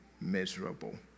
miserable